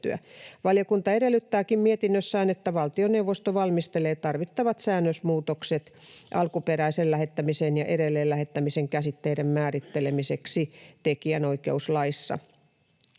Valiokunta edellyttääkin mietinnössään, että valtioneuvosto valmistelee tarvittavat säännösmuutokset alkuperäisen lähettämisen ja edelleen lähettämisen käsitteiden määrittelemiseksi tekijänoikeuslaissa.